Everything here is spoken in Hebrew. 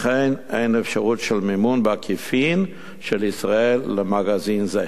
לכן אין אפשרות של מימון בעקיפין של ישראל למגזין זה.